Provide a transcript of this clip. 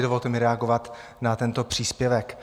Dovolte mi reagovat na tento příspěvek.